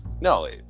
no